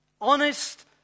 Honest